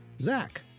Zach